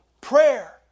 prayer